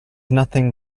nothing